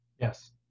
Yes